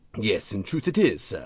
yes, in truth it is, sir.